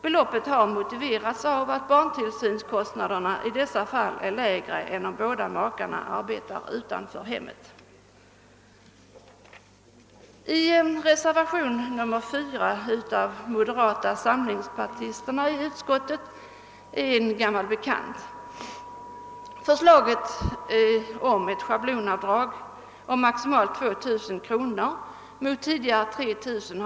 Beloppet har motiverats av att barntillsynskostnaderna i dessa fall är lägre än om båda makarna arbetar utanför hemmet. I reservationen 4 vid bevillningsutskottets betänkande nr 40 — avgiven av de moderata — återfinner vi en gammal bekant. Förslaget om ett schablonavdrag på maximalt 2 000 kr. mot tidigare 3 000 kr.